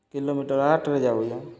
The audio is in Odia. କିଲୋମିଟର୍ ଆଠ୍ରେ ଯାଉଚନ୍